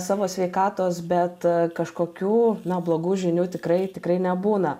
savo sveikatos bet kažkokių na blogų žinių tikrai tikrai nebūna